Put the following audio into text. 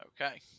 Okay